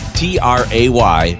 tray